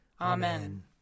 Amen